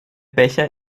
becher